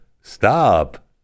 stop